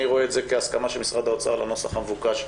אני רואה את זה כהסכמה של משרד האוצר לנוסח המבוקש.